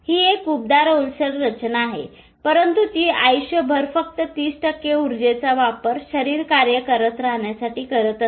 ही एक उबदार ओलसर रचना आहे परंतु ती आयुष्यभर फक्त 30 टक्के उर्जेचा वापर शरीर कार्य करत राहण्यासाठी करत असते